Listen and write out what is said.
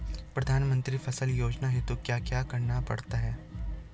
प्रधानमंत्री फसल योजना हेतु क्या क्या करना पड़ता है?